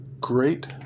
great